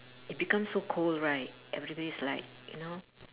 it becomes so cold right everyday's like you know